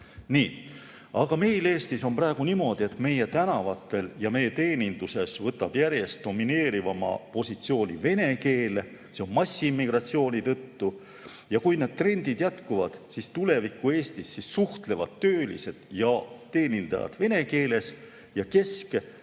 anda. Meil Eestis on praegu niimoodi, et meie tänavatel ja meie teeninduses võtab järjest domineerivama positsiooni vene keel, see on massiimmigratsiooni tõttu. Kui need trendid jätkuvad, siis tulevikus Eestis suhtlevad töölised ja teenindajad vene keeles ning kesk‑